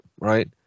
right